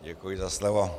Děkuji za slovo.